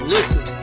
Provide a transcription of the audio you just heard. Listen